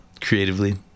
creatively